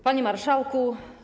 Panie Marszałku!